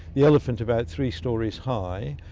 the elephant, about three storeys high,